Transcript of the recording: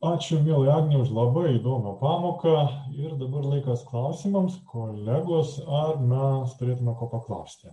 ačiū mielai agnei už labai įdomią pamoką ir dabar laikas klausimams kolegos ar mes turėtume ko paklausti